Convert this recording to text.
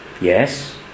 yes